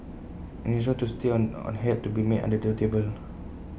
any arrangement to stay on had to be made under the table